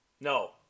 No